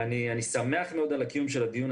אני שמח מאוד על קיום הדיון.